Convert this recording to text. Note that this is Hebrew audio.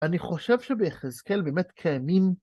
אני חושב שביחזקאל באמת קיימים...